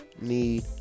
need